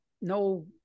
no